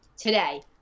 today